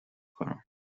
کنم